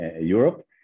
Europe